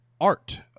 art